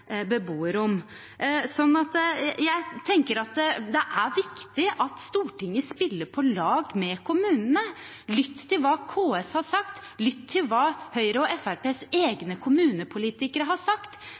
Jeg tenker det er viktig at Stortinget spiller på lag med kommunene. Lytt til hva KS har sagt, lytt til hva Høyre og